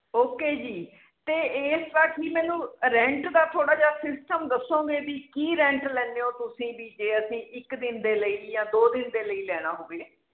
okay ਜੀ ਅਤੇ ਇਸ ਵਾਰ ਕੀ ਮੈਨੂੰ ਰੈਂਟ ਦਾ ਥੋੜ੍ਹਾ ਜਿਹਾ ਸਿਸਟਮ ਦੱਸੋਂਗੇ ਵੀ ਕੀ ਰੈਂਟ ਲੈਂਦੇ ਹੋ ਤੁਸੀਂ ਵੀ ਜੇ ਅਸੀਂ ਇੱਕ ਦਿਨ ਦੇ ਲਈ ਜ਼ਾਂ ਦੋ ਦਿਨ ਦੇ ਲਈ ਲੈਣਾ ਹੋਵੇ